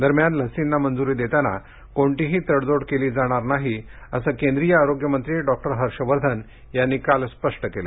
दरम्यान लशींना मंजुरी देताना कोणतीही तडजोड केली जाणार नाही असं केंद्रीय आरोग्य मंत्री हर्ष वर्धन यांनी काल स्पष्ट केलं